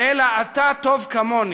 אלא: אתה טוב כמוני".